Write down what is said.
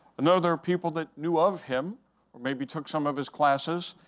know there are people that knew of him or maybe took some of his classes,